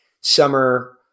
summer